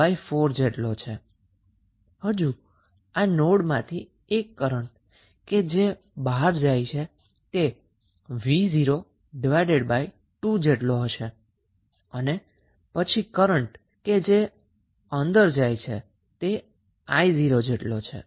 બીજો કરન્ટ જે આ નોડમાંથી બહાર જાય છે તે vo2 જેટલો હશે અને પછી કરન્ટ કે જે અંદર જાય છે તે 𝑖0 જેટલો છે